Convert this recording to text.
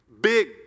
big